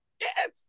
Yes